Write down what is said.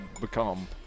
become